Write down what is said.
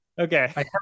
okay